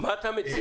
מה אתה מציע?